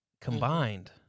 Combined